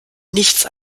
nichts